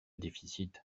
déficit